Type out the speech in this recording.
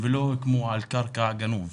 ולא כמו על קרקע גנוב.